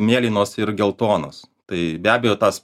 mėlynos ir geltonos tai be abejo tas